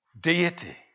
Deity